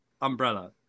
umbrella